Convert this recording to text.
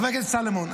חבר הכנסת סולומון,